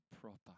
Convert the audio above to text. proper